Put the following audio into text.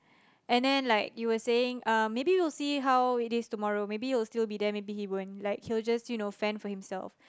and then like you were saying um maybe you'll see how it is tomorrow maybe he'll still be there maybe he won't like you know maybe he'll just you know fend off himself